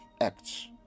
acts